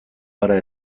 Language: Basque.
gara